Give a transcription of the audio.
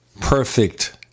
perfect